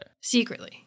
Secretly